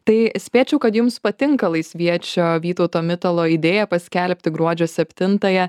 tai spėčiau kad jums patinka laisviečio vytauto mitalo idėja paskelbti gruodžio septintąją